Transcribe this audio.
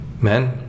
man